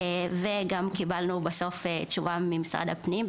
ובסוף גם קיבלנו תשובה ממשרד הפנים,